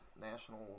National